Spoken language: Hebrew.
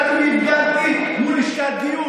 למה לא הלכת לשירות לאומי?